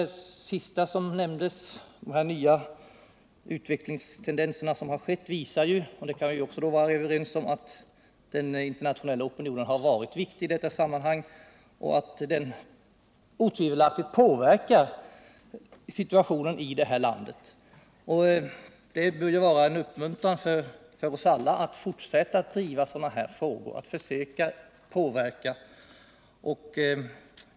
Det sista som nämndes, om de nya utvecklingstendenserna, visar — och det kan vi också vara överens om — att den internationella opinionen har varit viktig i detta sammanhang och att den otvivelaktigt påverkar situationen i landet. Detta bör vara en uppmuntran för oss alla att fortsätta driva dessa frågor och försöka påverka.